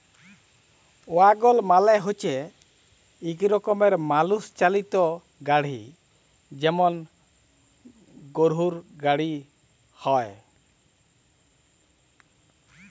ওয়াগল মালে হচ্যে ইক রকমের মালুষ চালিত গাড়হি যেমল গরহুর গাড়হি হয়